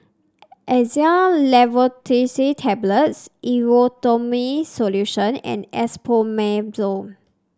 Xyzal Levocetirizine Tablets Erythroymycin Solution and Esomeprazole